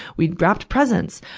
we wrapped presents.